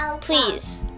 please